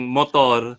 motor